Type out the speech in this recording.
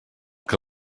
que